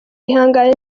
ihangane